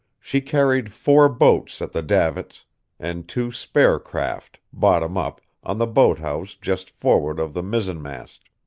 she carried four boats at the davits and two spare craft, bottom up, on the boathouse just forward of the mizzenmast.